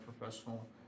professional